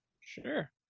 Sure